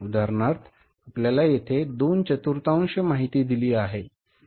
उदाहरणार्थ आपल्याला येथे दोन चतुर्थांश माहिती दिली आहे